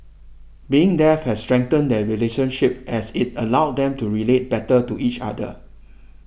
being deaf has strengthened their relationship as it allowed them to relate better to each other